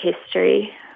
history